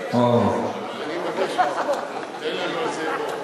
מבקש ממך, תן לנו איזה "ווארט".